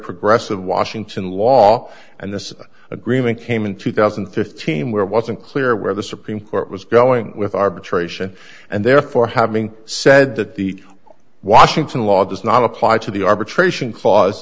progressive washington law and this agreement came in two thousand and fifteen where wasn't clear where the supreme court was going with arbitration and therefore having said that the washington law does not apply to the arbitration clause